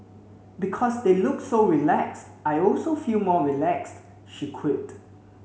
because they look so relaxed I also feel more relaxed she quipped